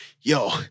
yo